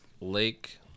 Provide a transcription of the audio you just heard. Lake